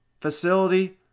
facility